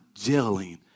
gelling